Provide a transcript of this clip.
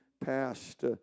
passed